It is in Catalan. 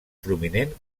prominent